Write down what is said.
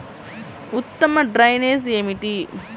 ఉత్తమ డ్రైనేజ్ ఏమిటి?